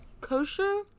Kosher